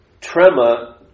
tremor